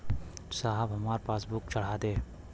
साहब हमार पासबुकवा चढ़ा देब?